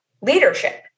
leadership